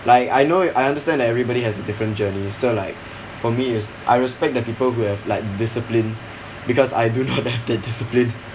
like I know I understand everybody has a different journey so like for me is I respect the people who have like discipline because I do not have the discipline